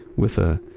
with a